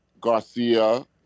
Garcia